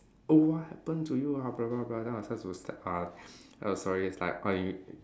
oh what happened to you ah then I was start to s~ uh oh sorry it's like oh you